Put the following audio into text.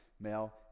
Male